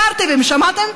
קרטיבים, שמעתם?